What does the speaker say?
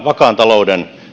vakaan talouden